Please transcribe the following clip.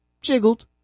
jiggled